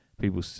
People